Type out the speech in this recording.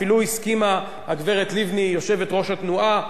אפילו הסכימה הגברת לבני, יושבת-ראש התנועה,